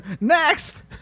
Next